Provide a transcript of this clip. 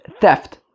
theft